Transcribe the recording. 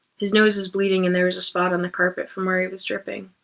his nose was bleeding and there was a spot on the carpet from where he was dripping.